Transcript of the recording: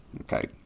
okay